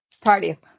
Party